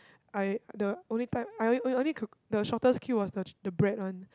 I the only time I only only queue the shortest queue was the ch~ was the bread one